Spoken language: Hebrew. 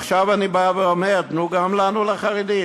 עכשיו אני בא ואומר: תנו גם לנו לחרדים.